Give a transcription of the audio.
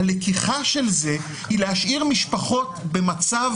הלקיחה של זה, היא להשאיר משפחות במצב